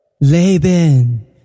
Laban